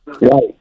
Right